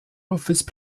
office